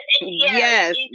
Yes